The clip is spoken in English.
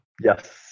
Yes